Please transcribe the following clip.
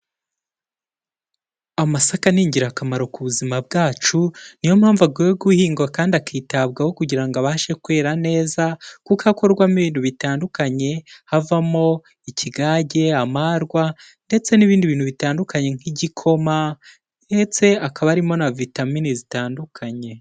Amasaka ni ingirakamaro ku buzima bwacu ni yo mpamvu agomba guhingwa kandi akitabwaho kugira ngo abashe kwera neza, kuko akorwamo ibintu bitandukanye havamo ikigage, amarwa ndetse n'ibindi bintu bitandukanye nk'igikoma ndetse akaba arimo na vitamine zitandukanye.